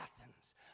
Athens